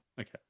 Okay